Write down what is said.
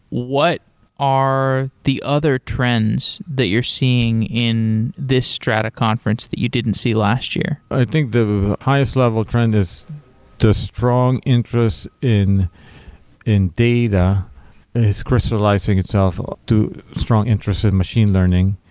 what are the other trends that you're seeing in this strata conference that you didn't see last year? i think the highest level trend is the strong interest in in data is crystalizing itself to strong interest in machine learning.